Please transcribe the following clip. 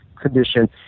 condition